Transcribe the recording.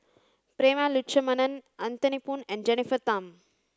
Prema Letchumanan Anthony Poon and Jennifer Tham